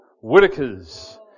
Whitaker's